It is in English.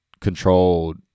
controlled